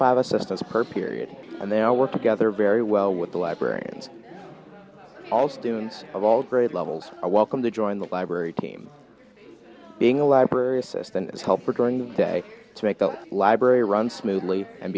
five assistants per period and they all work together very well with the librarians all students of all grade levels are welcome to join the library team being a library assistant is help we're going to make the library run smoothly and